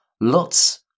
lots